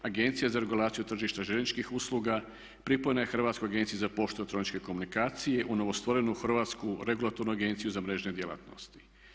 Agencija za regulaciju tržišta željezničkih usluga pripojena je Hrvatskoj agenciji za poštu i elektroničke komunikacije u novostvorenu Hrvatsku regulatornu agenciju za mrežne djelatnosti.